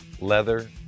leather